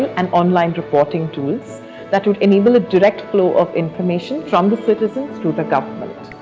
and online reporting tools that would enable a direct flow of information from the citizens to the government.